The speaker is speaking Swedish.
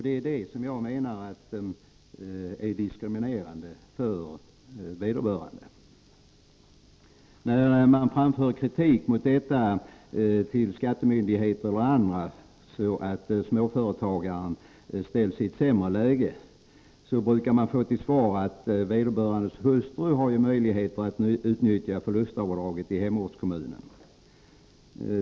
Det är detta jag menar är diskriminerande. När man framför kritik till skattemyndigheter eller andra mot att småföretagare ställs i ett sämre läge, brukar man få till svar att vederbörandes hustru har möjlighet att utnyttja förlustavdraget i hemortskommunen.